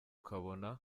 ukabona